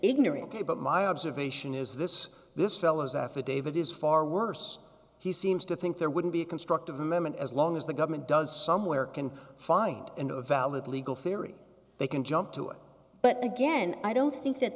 ignorant about my observation is this this fellow his affidavit is far worse he seems to think there wouldn't be a constructive memon as long as the government does somewhere can find in a valid legal theory they can jump to it but again i don't think that